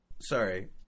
Sorry